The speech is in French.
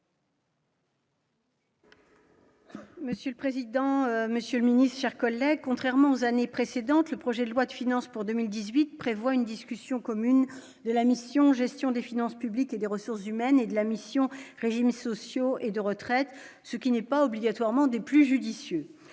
Monsieur le président, Monsieur le Ministre, chers collègues, contrairement aux années précédentes, le projet de loi de finances pour 2018 prévoit une discussion commune de la mission gestion des finances publiques et des ressources humaines et de la mission régimes sociaux et de retraite, ce qui n'est pas obligatoirement des plus judicieux,